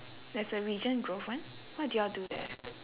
there's a regent grove one what do y'all do there